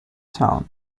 town